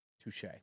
Touche